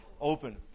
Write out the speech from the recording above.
open